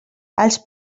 els